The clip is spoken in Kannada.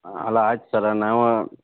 ಅಲ್ಲ ಆಯ್ತು ಸರ್ ನಾವು